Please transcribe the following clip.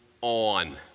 on